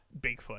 Bigfoot